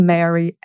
Mary